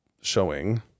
showing